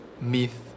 Myth